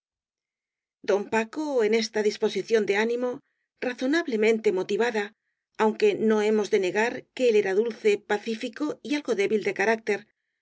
don paco en esta disposición de ánimo razo nablemente motivada aunque no hemos de negar que él era dulce pacífico y algo débil de carácter